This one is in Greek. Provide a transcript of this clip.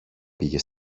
πήγε